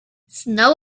snow